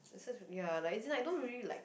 asides ya like I don't really like